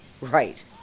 Right